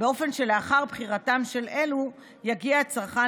באופן שלאחר בחירתם של אלו יגיע הצרכן